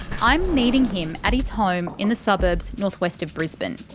i'm meeting him at his home in the suburbs north west of brisbane.